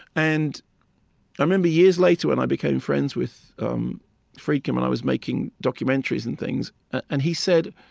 and i remember, years later, when i became friends with um friedkin when i was making documentaries and things, and he said,